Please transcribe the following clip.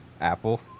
Apple